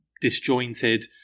disjointed